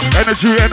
energy